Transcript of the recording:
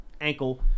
ankle